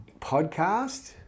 podcast